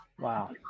wow